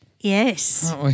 Yes